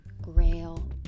grail